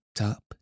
up